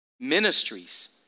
Ministries